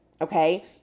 okay